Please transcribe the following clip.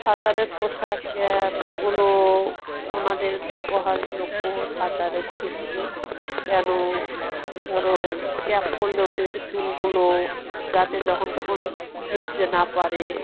সাঁতারের পোশাক ক্যাপ এগুলো ওনাদের ব্যবহারযোগ্য সাঁতারের ক্ষেত্রে কেন ধরো ক্যাপ পরলে ওদের চুলগুলো যাতে যখন তখন ভিজতে না পারে